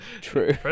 True